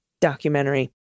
documentary